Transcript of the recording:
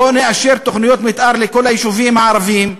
בוא נאשר תוכניות מתאר לכל היישובים הערביים,